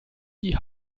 die